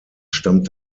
stammt